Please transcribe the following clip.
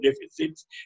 deficits